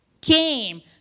came